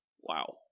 Wow